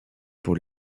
pour